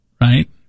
right